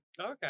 Okay